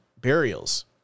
burials